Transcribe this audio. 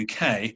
UK